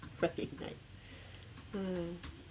friday night